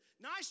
nice